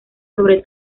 sobre